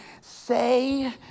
say